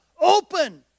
open